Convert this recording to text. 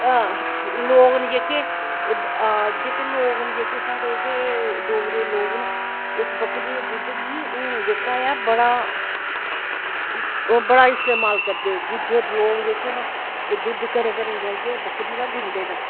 लोग न जेह्के लोग न जेह्के साढ़े ते डोगरे लोग न इस बकरी दुध्द गी हून जेह्का बड़ा ओह् बड़ा इस्तेमाल करदे गुज्जर लोग जेह्ड़े न एह् दुध्द घरें घरें जाइयै बकरी दा दिंदे न